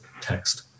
text